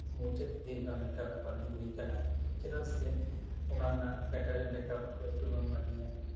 ᱢᱩᱪᱟᱹᱫ ᱤᱫᱤᱭᱟᱠᱟᱱ ᱞᱮᱠᱟ ᱵᱮᱯᱟᱨ ᱜᱮ ᱦᱩᱭ ᱟᱠᱟᱱᱟ ᱪᱮᱫᱟᱜ ᱥᱮ ᱚᱱᱟ ᱵᱮᱴᱟᱨᱤ ᱵᱮᱠᱟᱯ ᱠᱚ ᱠᱷᱩᱵ ᱮᱠᱴᱟ ᱵᱟᱝ ᱵᱷᱟᱹᱜᱤᱭᱟ